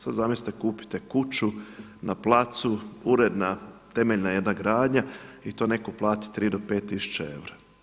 Sad zamislite kupite kuću na placu, uredna, temeljna jedna gradnja i to netko plati 3 do 5 tisuća eura.